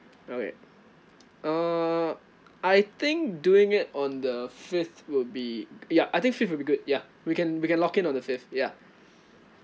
okay uh I think doing it on the fifth will be ya I think fifth would be good ya we can we can lock in on the fifth ya